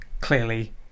clearly